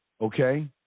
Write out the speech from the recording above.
okay